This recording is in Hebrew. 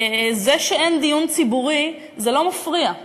זה שאין דיון ציבורי זה לא מפריע.